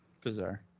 bizarre